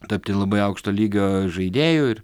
tapti labai aukšto lygio žaidėju ir